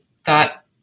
thought